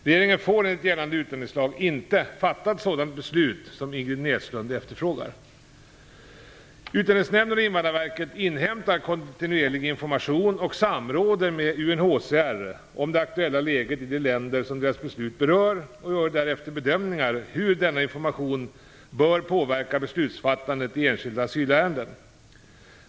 Regeringen får enligt gällande utlänningslag inte fatta ett sådant beslut som Ingrid Utlänningsnämnden och Invandrarverket inhämtar kontinuerligt information, och samråder med UNHCR, om det aktuella läget i de länder som deras beslut berör och gör därefter bedömningar av hur denna information bör påverka beslutsfattandet i enskilda asylärenden.